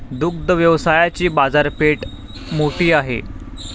दुग्ध व्यवसायाची बाजारपेठ मोठी आहे